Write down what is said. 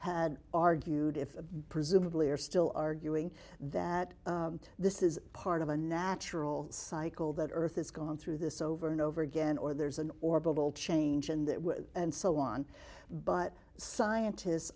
had argued if presumably are still arguing that this is part of a natural cycle that earth has gone through this over and over again or there's an orbital change in that and so on but scientist